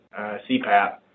CPAP